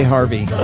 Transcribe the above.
Harvey